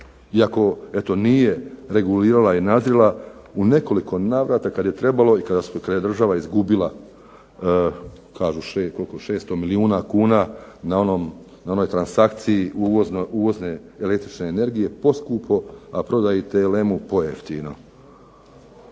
eto nije regulirala i nadzirala u nekoliko navrata kad je trebalo i kada je država izgubila kažu koliko 600 milijuna kuna na onoj transakciji uvozne električne energije poskupo, a prodaji TLM-u pojeftino.